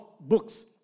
books